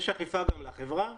יש אכיפה גם לחברה